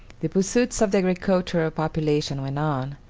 the pursuits of the agricultural population went on,